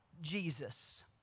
Jesus